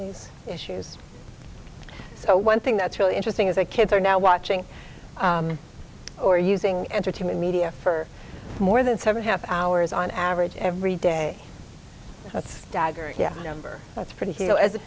these issues so one thing that's really interesting is that kids are now watching or using entertainment media for more than seven half hours on average every day a staggering number that's pretty